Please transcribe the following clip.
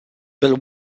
bill